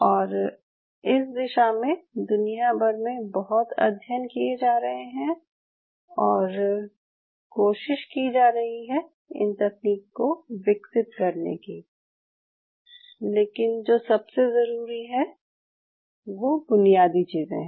और इस दिशा में दुनिया भर में बहुत अध्ययन किये जा रहे हैं और कोशिश की जा रही है इन तकनीक को विकसित करने की लेकिन जो सबसे ज़रूरी हैं वो बुनियादी चीज़ें हैं